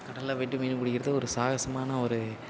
கடலில் போயிவிட்டு மீன் பிடிக்கிறது ஒரு சாகசமான ஒரு